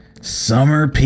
summer